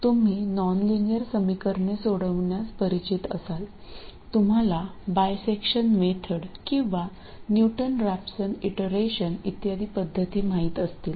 तर तुम्ही नॉनलिनियर समीकरणे सोडविण्यास परिचित असाल तुम्हाला बायसेक्शन मेथड किंवा न्यूटन रॅपसन इटरेशन इत्यादी पद्धतीं माहीत असतील